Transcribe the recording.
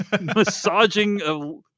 massaging